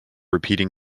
repeating